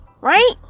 right